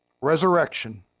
Resurrection